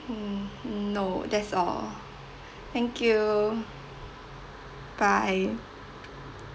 hmm no that's all thank you bye